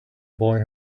boy